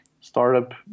startup